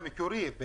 החוק המקורי.